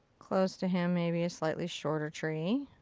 close to him maybe a slightly shorter tree.